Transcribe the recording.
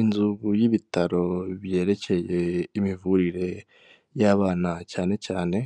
Inzu y'ibitaro byerekeye imivurire y'abana cyane cyane,